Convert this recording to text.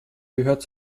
gehört